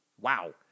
Wow